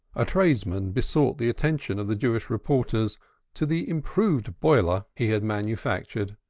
a tradesman besought the attention of the jewish reporters to the improved boiler he had manufactured,